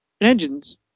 engines